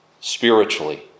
spiritually